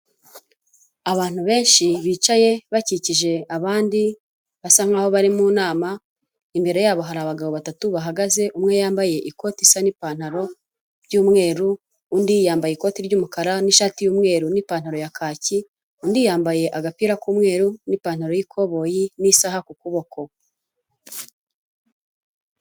Abantu benshi bicaye bakikije abandi basa nk'aho bari mu nama, imbere yabo hari abagabo batatu bahagaze, umwe yambaye ikote isa n'ipantaro by'umweru, undi yambaye ikoti ry'umukara n'ishati y'umweru n'ipantaro ya kaki, undi yambaye agapira k'umweru n'ipantaro y'ikoboyi n'isaha ku kuboko.